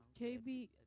KB